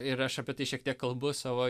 ir aš apie tai šiek tiek kalbu savo